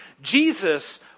Jesus